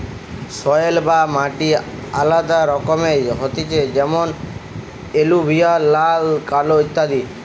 soil বা মাটি আলাদা রকমের হতিছে যেমন এলুভিয়াল, লাল, কালো ইত্যাদি